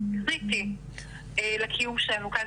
זה קריטי לקיום שלנו כאן,